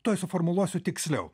tuoj suformuluosiu tiksliau